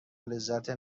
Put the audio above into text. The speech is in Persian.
لذت